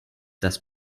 das